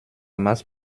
masse